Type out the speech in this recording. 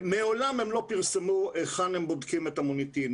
מעולם הם לא פרסמו היכן הם בודקים את המוניטין,